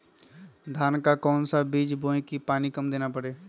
धान का कौन सा बीज बोय की पानी कम देना परे?